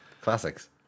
Classics